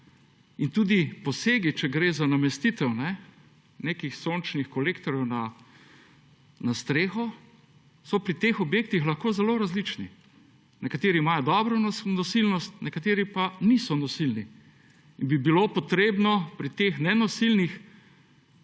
In tudi posegi, če gre za namestitev nekih sončnih kolektorjev na streho, so pri teh objektih lahko zelo različni, nekateri imajo dobro nosilnost, nekateri pa niso nosilni in bi bilo potrebno pri teh nenosilnih posegati